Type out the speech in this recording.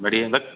बढ़िया बस